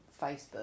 Facebook